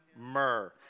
myrrh